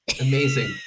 Amazing